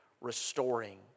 restoring